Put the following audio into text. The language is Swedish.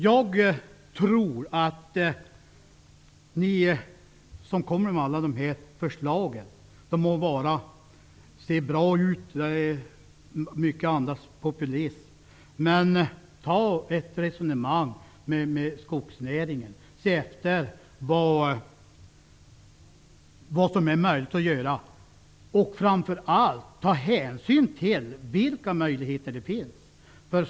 Jag tror att ni som kommer med alla dessa förslag -- de må se bra ut, men de andas populism -- skulle ta ett resonemang med skogsnäringen och se efter vad som är möjligt att göra. Ta framför allt hänsyn till vilka möjligheter som finns!